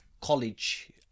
college